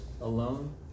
alone